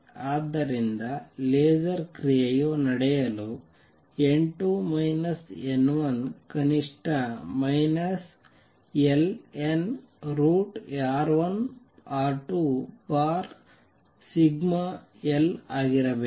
ಆದ್ದರಿಂದ ಲೇಸರ್ ಕ್ರಿಯೆಯು ನಡೆಯಲು n2 n1 ಕನಿಷ್ಠ ln√ σl ಆಗಿರಬೇಕು